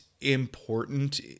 important